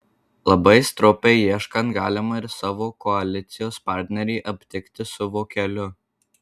labai stropiai ieškant galima ir savo koalicijos partnerį aptikti su vokeliu